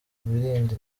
birinda